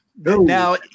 Now